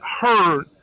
heard